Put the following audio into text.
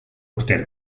urtero